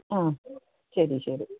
ആ ശരി ശരി